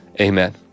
Amen